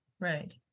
right